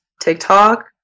TikTok